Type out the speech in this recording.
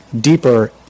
deeper